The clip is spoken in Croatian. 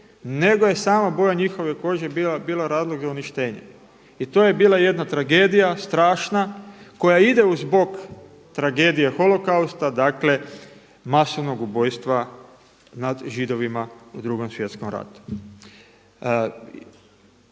nego je samo boja njihove kože bila razlog za uništenje. I to je bila jedna tragedija, strašna koja ide uz bok tragedije holokausta, dakle masovnog ubojstva nad Židovima u Drugom svjetskom ratu.